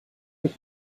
mit